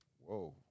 Whoa